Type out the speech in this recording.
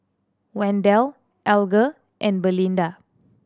Wendell Alger and Belinda